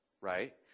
right